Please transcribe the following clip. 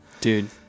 dude